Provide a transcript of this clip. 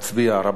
רבותי.